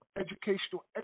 educational